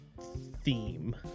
theme